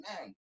man